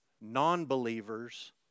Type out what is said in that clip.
non-believers